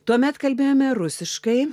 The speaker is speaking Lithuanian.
tuomet kalbėjome rusiškai